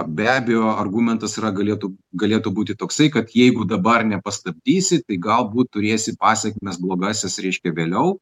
be abejo argumentas yra galėtų galėtų būti toksai kad jeigu dabar nepastabdysi tai galbūt turėsi pasekmes blogasis reiškia vėliau